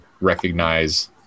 recognize